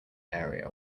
area